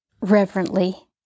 Reverently